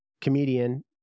comedian